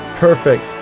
Perfect